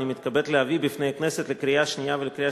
אני מתכבד להביא בפני הכנסת לקריאה שנייה ולקריאה